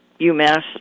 UMass